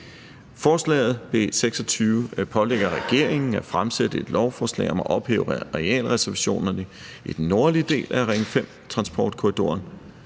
Forslaget, B 26, pålægger regeringen at fremsætte et lovforslag om at ophæve arealreservationerne i den nordlige del af Ring 5-transportkorridoren.